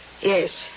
Yes